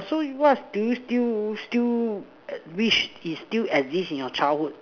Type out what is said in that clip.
so what do you still still wish is still exist in your childhood